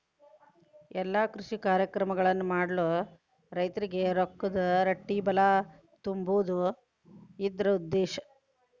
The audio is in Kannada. ಎಲ್ಲಾ ಕೃಷಿ ಕಾರ್ಯಕ್ರಮಗಳನ್ನು ಮಾಡಲು ರೈತರಿಗೆ ರೊಕ್ಕದ ರಟ್ಟಿಬಲಾ ತುಂಬುದು ಇದ್ರ ಉದ್ದೇಶ